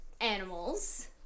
animals